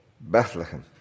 Bethlehem